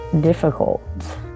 difficult